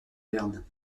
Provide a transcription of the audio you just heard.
berne